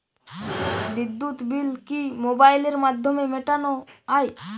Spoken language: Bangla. বিদ্যুৎ বিল কি মোবাইলের মাধ্যমে মেটানো য়ায়?